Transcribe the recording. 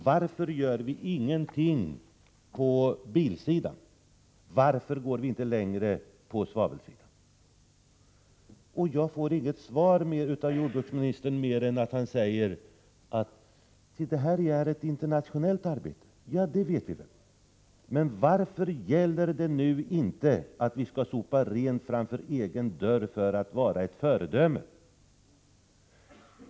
Varför gör vi ingenting på bilsidan? Varför går vi inte längre på svavelsidan? Jag får inget svar av jordbruksministern mer än att han säger att det här är ett internationellt arbete. Det vet vi ju. Varför gäller det nu inte att vi skall sopa rent framför egen dörr för att vara ett föredöme?